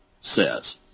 says